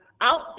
out